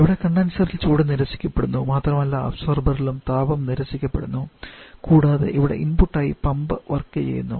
ഇവിടെ കണ്ടൻസറിൽ ചൂട് നിരസിക്കപ്പെടുന്നു മാത്രമല്ല അബ്സോർബറിലും താപം നിരസിക്കപ്പെടുന്നു കൂടാതെ ഇവിടെ ഇൻപുട്ടായി പമ്പ് വർക്ക് ചെയ്യുന്നു